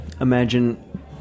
imagine